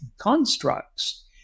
constructs